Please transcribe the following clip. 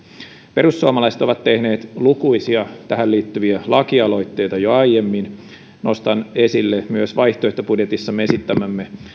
perussuomalaiset ovat tehneet lukuisia tähän liittyviä lakialoitteita jo aiemmin nostan esille myös vaihtoehtobudjetissamme esittämämme